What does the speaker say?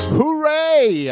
Hooray